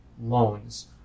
loans